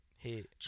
Hit